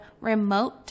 remote